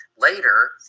Later